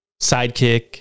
sidekick